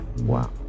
wow